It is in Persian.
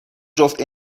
جفت